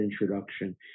introduction